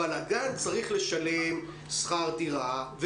אבל הגן צריך לשלם שכר דירה,